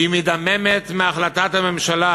שמדממת מהחלטת הממשלה